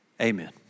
amen